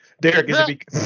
Derek